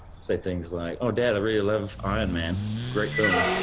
say things like, oh, dad, i really love iron man great film.